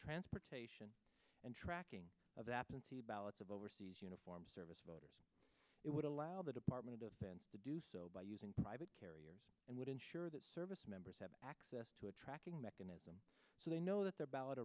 transportation and tracking of absentee ballots of overseas uniform service voters it would allow the department of defense to do so by using private carriers and would ensure that service members have access to a tracking mechanism so they know that the